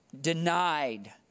denied